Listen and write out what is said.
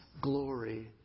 glory